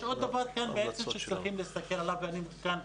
יש עוד דבר שצריכים להסתכל עליו ואני כאן,